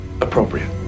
appropriate